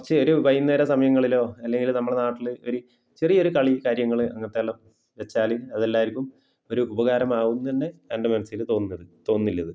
കുറച്ച് ഒരു വൈകുന്നേര സമയങ്ങളിലോ അല്ലെങ്കിൽ നമ്മളെ നാട്ടിൽ ഒരു ചെറിയ ഒരു കളി കാര്യങ്ങൾ അങ്ങനത്തെ എല്ലോം വച്ചാൽ അത് എല്ലാവരിക്കും ഒരു ഉപകാരമാവുന്ന് തന്നെ എൻ്റെ മനസ്സിൽ തോന്നുന്നത് തോന്നുന്നുള്ളത്